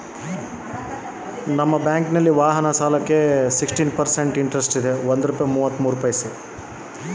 ನಮಸ್ಕಾರ ಮೇಡಂ ವಾಹನ ಸಾಲಕ್ಕೆ ನಿಮ್ಮ ಬ್ಯಾಂಕಿನ್ಯಾಗ ಬಡ್ಡಿ ಎಷ್ಟು ಆಗ್ತದ?